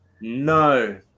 no